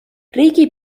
riigi